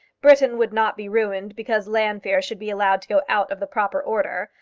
britain would not be ruined because llanfeare should be allowed to go out of the proper order.